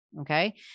Okay